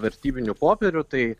vertybinių popierių tai